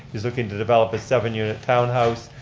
he's looking to develop a seven unit townhouse.